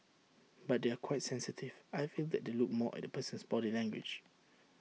but they are quite sensitive I feel that they look more at the person's body language